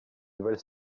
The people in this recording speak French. nouvelle